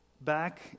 Back